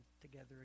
together